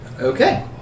Okay